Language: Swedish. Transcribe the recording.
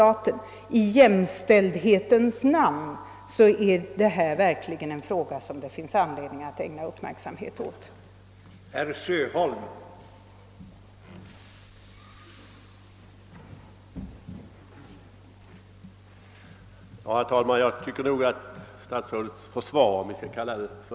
I jämställdhetens namn finns det verkligen anledning att ägna uppmärksamhet åt denna fråga.